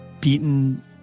beaten